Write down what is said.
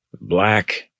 black